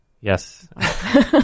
Yes